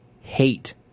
hate